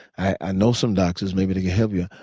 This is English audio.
i know some doctors maybe they can help you.